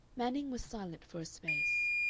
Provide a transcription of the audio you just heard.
manning was silent for a space.